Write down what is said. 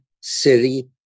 city